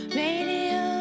radio